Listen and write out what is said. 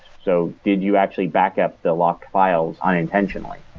so did you actually backup the locked files unintentionally?